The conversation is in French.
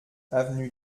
avenue